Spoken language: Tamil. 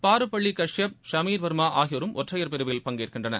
பாருபள்ளி காஷியப் ஷமீர் வர்மா ஆகியோரும் ஒற்றையர் பிரிவில் பங்கேற்கின்றனர்